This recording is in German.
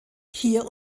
hier